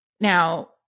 Now